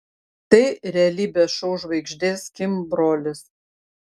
tai realybės šou žvaigždės kim brolis